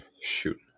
shoot